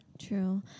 true